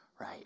Right